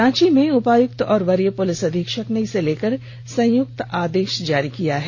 रांची में उपायक्त और वरीय पुलिस अधीक्षक ने इसे लेकर संयुक्त आदेश जारी किया है